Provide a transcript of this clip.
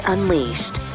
Unleashed